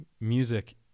music